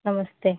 नमस्ते